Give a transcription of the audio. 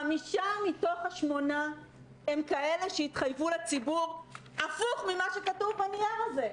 חמישה מתוך השמונה הם כאלה שהתחייבו לציבור הפוך ממה שכתוב בנייר הזה.